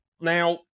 Now